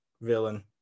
Villain